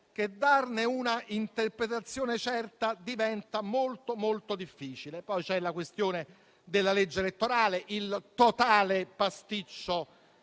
che darne una interpretazione certa diventa molto difficile. Poi c'è la questione della legge elettorale, il totale pasticcio